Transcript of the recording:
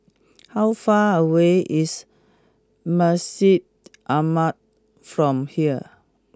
how far away is Masjid Ahmad from here